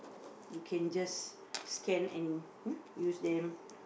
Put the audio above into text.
you can just scan and use them